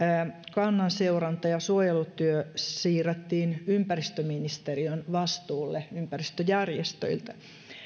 kannanseuranta ja suojelutyö siirrettiin ympäristöministeriön vastuulle ympäristöjärjestöiltä